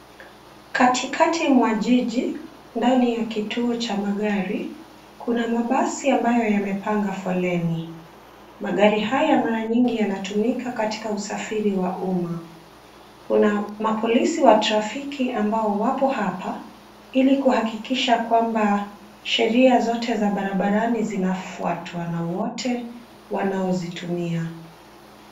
Katikati mwa jiji, ndani ya kituo cha magari, kuna mabasi ambayo yamepanga foleni. Magari haya mara nyingi yanatumika katika usafiri wa umma. Kuna mapolisi wa trafiki ambao wapo hapa, ili kuhakikisha kwamba sheria zote za barabarani zinafuatwa na wote wanaozitumia.